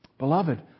Beloved